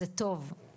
זה טוב.